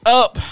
up